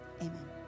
Amen